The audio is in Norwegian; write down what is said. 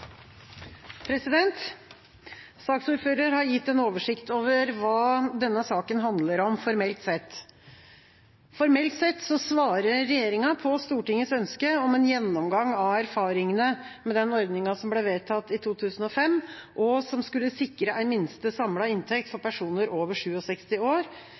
har gitt en oversikt over hva denne saken handler om – formelt sett. Formelt sett svarer regjeringa på Stortingets ønske om en gjennomgang av erfaringene med den ordninga som ble vedtatt i 2005, og som skulle sikre ei minste samla inntekt for personer over 67 år,